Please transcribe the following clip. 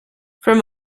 from